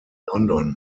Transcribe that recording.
london